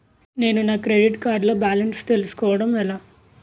నేను నా credit card లో బాలన్స్ తెలుసుకోవడం ఎలా?